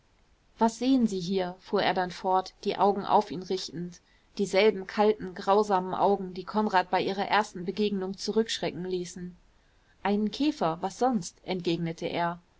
was sehen sie hier fuhr er dann fort die augen auf ihn richtend dieselben kalten grausamen augen die konrad bei ihrer ersten begegnung zurückschrecken ließen einen käfer was sonst entgegnete er